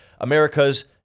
America's